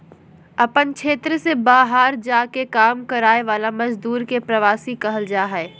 अपन क्षेत्र से बहार जा के काम कराय वाला मजदुर के प्रवासी कहल जा हइ